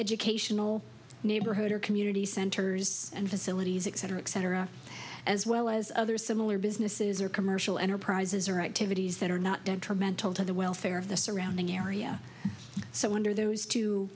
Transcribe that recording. educational neighborhood or community centers and facilities etc etc as well as other similar businesses or commercial enterprises or activities that are not detrimental to the welfare of the surrounding area so under those two